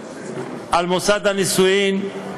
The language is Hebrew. למוסד הנישואים,